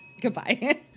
Goodbye